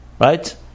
Right